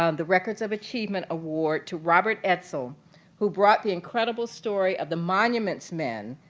um the records of achievement award to robert edsel who brought the incredible story of the monuments men,